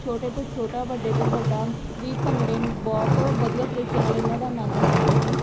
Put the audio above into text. ਛੋਟੇ ਤੋਂ ਛੋਟਾ ਵੱਡੇ ਤੋਂ ਵੱਡਾ ਵੀ ਭੰਗੜੇ ਨੂੰ ਬਹੁਤ ਵਧੀਆ ਤਰੀਕੇ ਨਾਲ ਇਹਨਾਂ ਦਾ ਆਨੰਦ ਮਾਣਦੇ ਨੇ